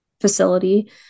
facility